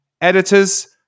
editors